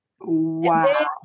Wow